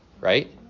right